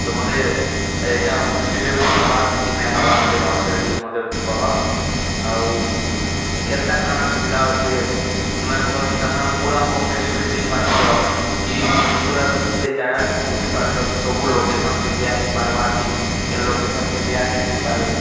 ତ ମତେ ଇଟା ହୋମ୍ ଡେଲିଭରି ହେବା କି ନାଇଁ ହେବା ସେ ବାବଦ୍ରେ ଟିକେ ମତେ କହ ଆଉ କେନ୍ତା କାଣା ସୁବିଧା ଅଛେ ତୁମେ ଭଲ୍ସେ ତାର୍ମାନେ ପୁରା ହୋମ୍ ଡେଲିଭରି ଦେଇପାରୁଛ କି ପୁରା ସେ ଜାଗାକେ ପୁହୁଞ୍ଚି ପାରୁଚ କି ସବୁ ଲୋକେସନ୍କେ ଦିଆହେଇପାର୍ବା କି କେନ୍ ଲୋକେସନ୍କେ ଦିଆ ନାଇଁ ହେଇପାରେ